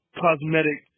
cosmetic